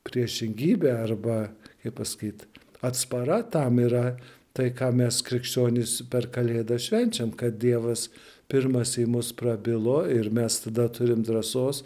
priešingybė arba kaip paskyt atspara tam yra tai ką mes krikščionys per kalėdas švenčiam kad dievas pirmas į mus prabilo ir mes tada turim drąsos